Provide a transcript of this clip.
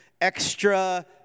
extra